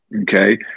okay